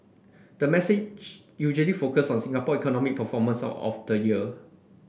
the message usually focus on Singapore economy performance of the year